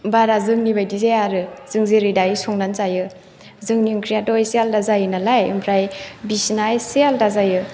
बारा जोंनि बायदि जाया आरो जों जेरै दायो संनानै जायो जोंनि ओंख्रिआथ' एसे आलदा जायो नालाय ओमफ्राय बिसिना एसे आलदा जायो